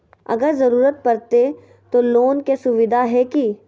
अगर जरूरत परते तो लोन के सुविधा है की?